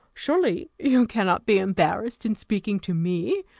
surely you cannot be embarrassed in speaking to me!